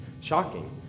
Shocking